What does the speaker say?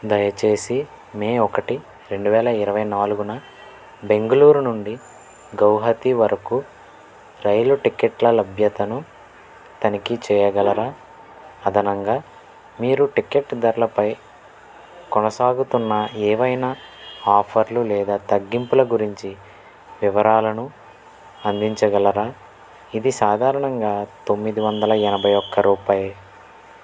దయచేసి మే ఒకటి రెండు వేల ఇరవై నాలుగున బెంగళూరు నుండి గౌహతి వరకు రైలు టిక్కట్ల లభ్యతను తనిఖీ చెయ్యగలరా అదనంగా మీరు టికెట్ ధరలపై కొనసాగుతున్న ఏవైనా ఆఫర్లు లేదా తగ్గింపుల గురించి వివరాలను అందించగలరా ఇది సాధారణంగా తొమ్మిది వందల ఎనభై ఒక్క రూపాయలు